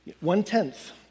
One-tenth